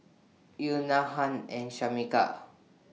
Euna Hunt and Shameka